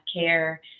care